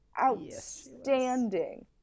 outstanding